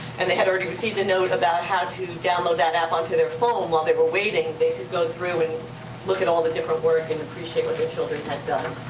and they had already seen the note about how to download that app onto their phone while they were waiting, they could go through and look at all the different work and appreciate what the children had done.